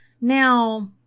Now